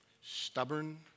stubborn